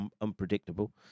unpredictable